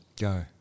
Go